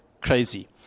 Crazy